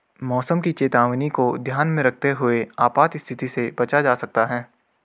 मौसम की चेतावनी को ध्यान में रखते हुए आपात स्थिति से बचा जा सकता है